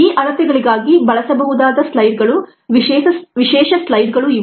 ಈ ಅಳತೆಗಳಿಗಾಗಿ ಬಳಸಬಹುದಾದ ಸ್ಲೈಡ್ಗಳು ವಿಶೇಷ ಸ್ಲೈಡ್ಗಳು ಇವು